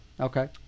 Okay